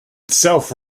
itself